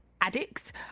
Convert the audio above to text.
addicts